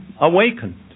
awakened